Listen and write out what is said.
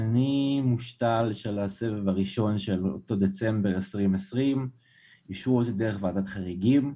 אני מושתל של הסבב הראשון של דצמבר 2020. אישרו אותי דרך ועדת חריגים.